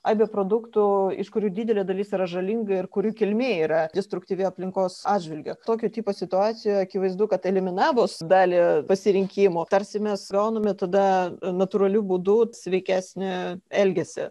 aibę produktų iš kurių didelė dalis yra žalinga ir kurių kilmė yra destruktyvi aplinkos atžvilgiu tokio tipo situacijoje akivaizdu kad eliminavus dalį pasirinkimo tarsi mes gauname tada natūraliu būdu sveikesnį elgiasį